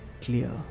clear